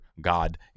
God